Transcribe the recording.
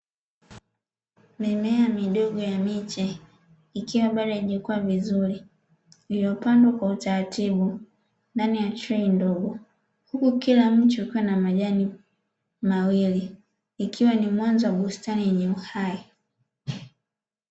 Mimea midogo ya miche ikiwa bado haijakua vizuri iliyopandwa kwa utaratibu ndani ya trei ndogo, huku kila mche ukiwa na majani mawili ikiwa ni mwanzo wa bustani yenye uhai.